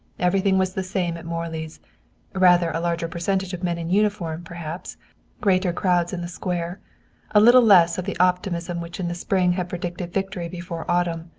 everything was the same at morley's rather a larger percentage of men in uniform, perhaps greater crowds in the square a little less of the optimism which in the spring had predicted victory before autumn.